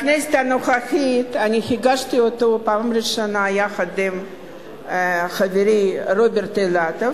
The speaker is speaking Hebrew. בכנסת הנוכחית הגשתי את זה בפעם הראשונה יחד עם חברי רוברט אילטוב.